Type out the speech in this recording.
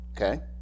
okay